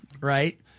Right